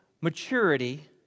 maturity